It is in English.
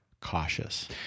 cautious